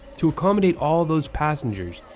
to accommodate all those passengers,